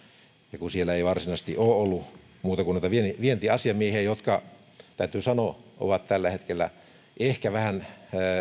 ja kun siellä ei varsinaisesti ole ollut muuta kuin vientiasiamiehiä jotka täytyy sanoa ovat ehkä vähän